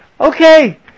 okay